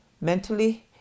mentally